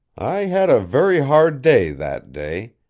i had a very hard day, that day.